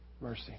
mercy